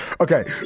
Okay